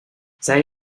zij